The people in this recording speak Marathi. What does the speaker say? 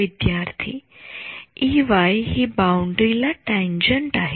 विद्यार्थी Ey हि बाउंडरी ला टॅंजंट आहे